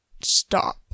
stop